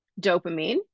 dopamine